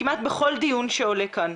כמעט בכל דיון שעולה כאן.